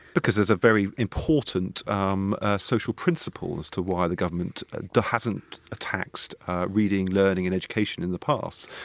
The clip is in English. because there's a very important um ah social principle as to why the government ah hasn't ah taxed reading, learning and education in the past.